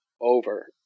Over